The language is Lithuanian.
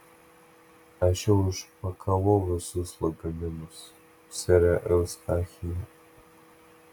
aš jau išpakavau visus lagaminus sere eustachijau